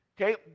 Okay